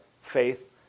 faith